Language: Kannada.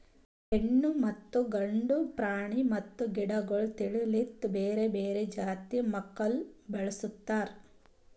ಹೆಣ್ಣು ಮತ್ತ ಗಂಡು ಪ್ರಾಣಿ ಮತ್ತ ಗಿಡಗೊಳ್ ತಿಳಿ ಲಿಂತ್ ಬೇರೆ ಬೇರೆ ಜಾತಿ ಮಕ್ಕುಲ್ ಬೆಳುಸ್ತಾರ್